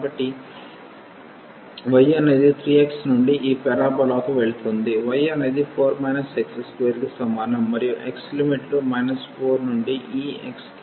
కాబట్టి y అనేది 3x నుండి ఈ పారాబోలాకు వెళుతుంది y అనేది 4 x2 కి సమానం మరియు x లిమిట్లు 4 నుండి ఈ x కి 1 కి సమానం